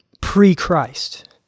pre-Christ